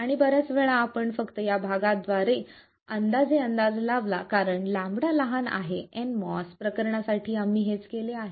आणि बर्याच वेळा आम्ही फक्त या भागाद्वारे अंदाजे अंदाज लावला कारण λ लहान आहे nMOS प्रकरणासाठी आम्ही हेच केले आहे